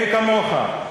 אין כמוך.